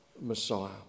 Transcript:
Messiah